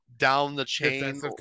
down-the-chain